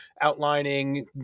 outlining